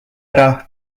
ära